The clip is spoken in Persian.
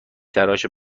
تراش